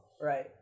Right